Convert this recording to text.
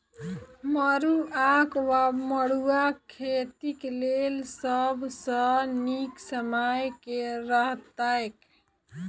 मरुआक वा मड़ुआ खेतीक लेल सब सऽ नीक समय केँ रहतैक?